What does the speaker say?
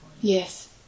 Yes